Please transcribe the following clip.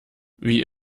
wie